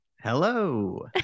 Hello